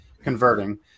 converting